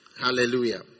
Hallelujah